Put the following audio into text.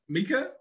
Mika